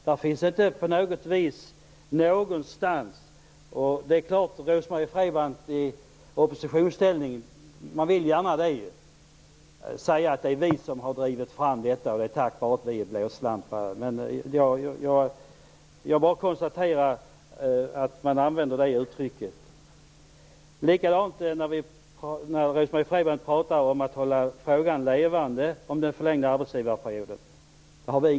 Det är klart, Rose-Marie Frebran, att man i oppositionsställning gärna vill säga: Det är vi som har drivit fram detta. Det är tack vare att vi är blåslampa som det här blir av. Jag bara konstaterar att man använder det uttrycket. Likadant är det när Rose-Marie Frebran pratar om att hålla frågan om den förlängda arbetsgivarperioden levande.